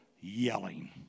yelling